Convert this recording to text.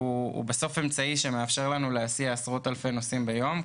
היא בסוף אמצעי שמאפשר לנו להסיע עשרות אלפי נוסעים ביום.